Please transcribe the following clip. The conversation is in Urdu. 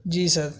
جی سر